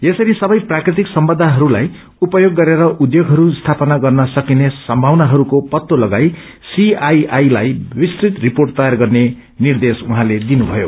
यसरी सबग् प्रकश्तिक सम्पदाहरूलाई उपयोग गरेर उध्योगहरू स्थापना गर्न सकिने सम्भावनाहरूको पत्ते तगाई सीआईआई लाई विस्तृत रिपोट तयार गर्ने निर्देश उहाँले दिनुभयो